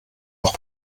auch